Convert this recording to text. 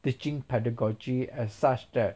teaching pedagogy as such that